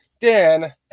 Dan